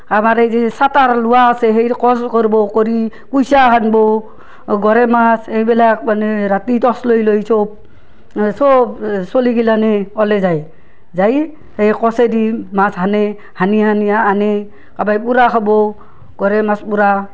আমাৰ এই যি চাটাৰ লোৱা আছে সেই কছ কৰবো কৰি কুইছা হানবো গৰে মাছ এইবিলাক মানে ৰাতি টৰ্চ লৈ লৈ চব চব চ'লিগিলাহানে ওলে যায় যাই সেই কছে দি মাছ হানে হানি হানি আনে কাবাই পোৰা খাবো গৰে মাছ পোৰা